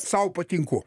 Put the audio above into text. sau patinku